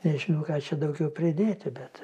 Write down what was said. nežinau ką čia daugiau pridėti bet